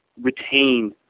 retain